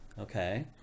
Okay